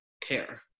care